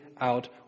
out